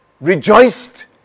rejoiced